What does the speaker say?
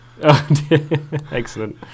Excellent